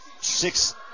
Six